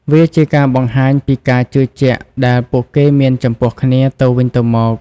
វាជាការបង្ហាញពីការជឿជាក់ដែលពួកគេមានចំពោះគ្នាទៅវិញទៅមក។